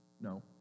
No